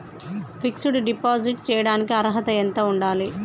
Fix డ్ deposit చేయటానికి అర్హత ఎంత ఉండాలి?